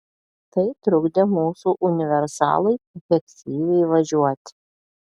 tai trukdė mūsų universalui efektyviai važiuoti